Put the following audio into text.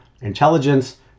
intelligence